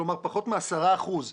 כלומר, פחות מ-10 אחוזים